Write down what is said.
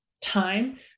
time